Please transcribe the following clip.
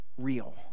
real